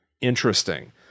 interesting